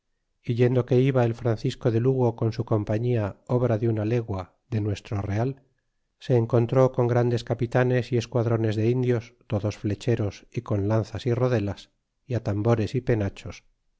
yendo que iba el francisco de lugo con su compañia obra de una legua de nuestro real se encontró con grandes capitanes y esquadrones de indios todos flecheros y con lanzas y rodelas y atarnbores y penachos